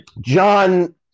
John